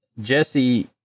jesse